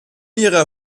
ihrer